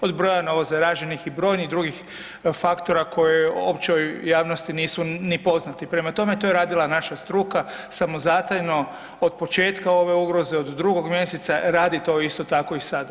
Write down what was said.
Od broja novozaraženih i brojnih drugih faktora koje općoj javnosti nisu ni poznati, prema tome, to je radila naša struka samozatajno od početka ove ugroze, od 2. mjeseca, radi to, isto tako i sada.